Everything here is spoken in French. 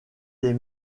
des